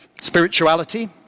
spirituality